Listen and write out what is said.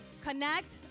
connect